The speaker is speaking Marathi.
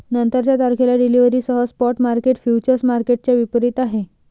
नंतरच्या तारखेला डिलिव्हरीसह स्पॉट मार्केट फ्युचर्स मार्केटच्या विपरीत आहे